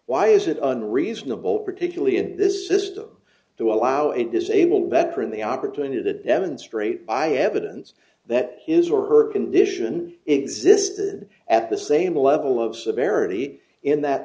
why is it unreasonable particularly in this system to allow it is able better in the opportunity to demonstrate by evidence that his or her condition existed at the same level of severity in that